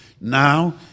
Now